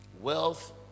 wealth